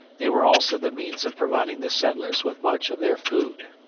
they were also the means of providing the settlers with much of their food.